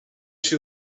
się